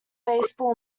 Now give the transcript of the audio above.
baseball